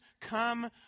come